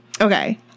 Okay